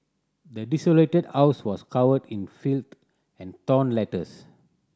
the desolated house was covered in filth and torn letters